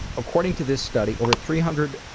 according to this study, over three hundred